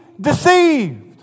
deceived